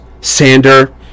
Sander